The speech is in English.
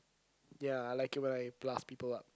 ya I like it when I blast people up